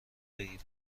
بگیریم